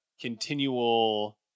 continual